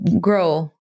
grow